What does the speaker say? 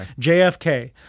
JFK